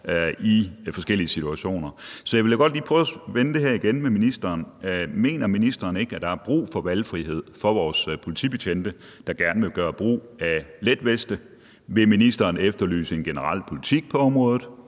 i forskellige situationer. Så jeg vil da godt lige prøve at vende det her igen med ministeren. Mener ministeren ikke, at der er brug for valgfrihed for vores politibetjente, der gerne vil gøre brug af letveste? Vil ministeren efterlyse en generel politik på området,